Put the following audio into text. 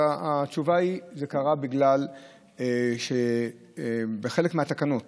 התשובה היא שזה קרה בגלל שחלק מהתקנות